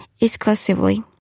exclusively